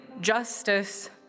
justice